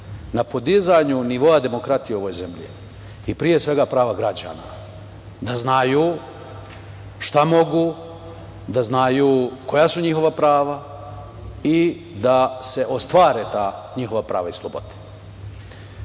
na podizanju nivoa demokratije u ovoj zemlji i, pre svega, prava građana da znaju šta mogu, da znaju koja su njihova prava i da se ostvare ta njihova prava i